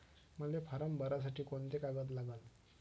मले फारम भरासाठी कोंते कागद लागन?